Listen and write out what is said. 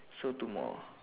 so two more